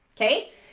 okay